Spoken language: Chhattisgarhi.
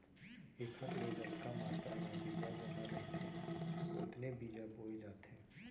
एखर ले जतका मातरा म बीजा बोना रहिथे ओतने बीजा बोए जाथे